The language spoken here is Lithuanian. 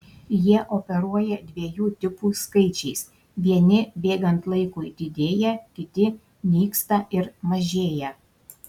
jie operuoja dviejų tipų skaičiais vieni bėgant laikui didėja kiti nyksta ir mažėja